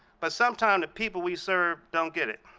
but sometimes the people we serve don't get it,